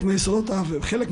כן, אבל אנחנו באיחור של כמה